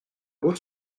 beau